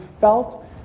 felt